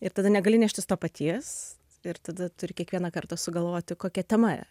ir tada negali neštis to paties ir tada turi kiekvieną kartą sugalvoti kokia tema